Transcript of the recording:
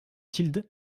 tilde